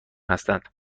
هستند